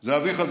זה אביך,